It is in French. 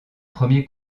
premier